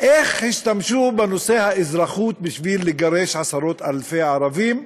איך השתמשו בנושא האזרחות בשביל לגרש עשרות-אלפי ערבים.